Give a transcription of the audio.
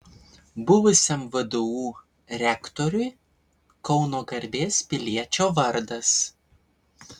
buvusiam vdu rektoriui kauno garbės piliečio vardas